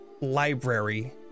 library